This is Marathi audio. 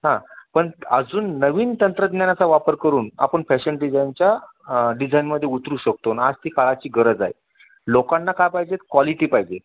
हां पण अजून नवीन तंत्रज्ञानाचा वापर करून आपण फॅशन डिझायनच्या डिझाईनमध्ये उतरू शकतो न् आज ती काळाची गरज आहे लोकांना का पाहिजे कॉलिटी पाहिजे